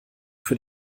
für